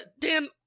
Dan